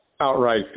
outright